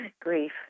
grief